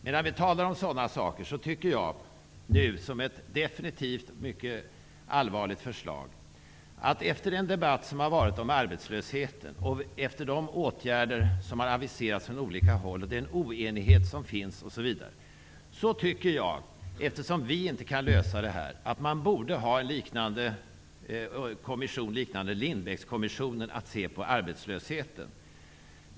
Medan vi talar om sådana saker vill jag säga att jag tycker att man, och det är definitivt ett mycket allvarligt förslag, efter den debatt som har varit om arbetslösheten och de åtgärder som har aviserats från olika håll och med tanke på den oenighet som finns osv. -- och eftersom vi inte kan lösa det här -- borde ha en kommission liknande Lindbeckkommissionen för att se på detta med arbetslösheten.